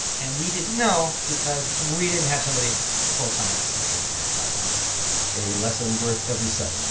and we didn't know because we didn't have somebody full time looking at our bot a lesson worth every cent.